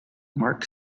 mark